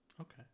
Okay